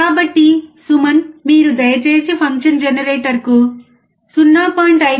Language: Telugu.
కాబట్టి సుమన్ మీరు దయచేసి ఫంక్షన్ జెనరేటర్కు 0